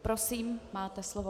Prosím, máte slovo.